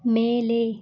மேலே